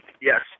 Yes